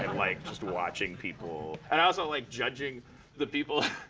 and like just watching people. and i also like judging the people.